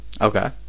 okay